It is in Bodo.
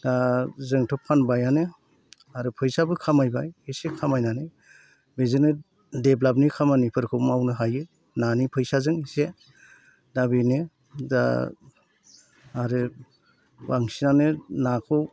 दा जोंथ' फानबायानो आरो फैसाबो खामायबाय इसे खामायनानै बेजोंनो देभलपनि खामानिफोरखौ मावनो हायो नानि फैसाजों एसे दा बेनो दा आरो बांसिनानो नाखौ